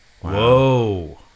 Whoa